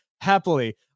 happily